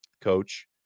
coach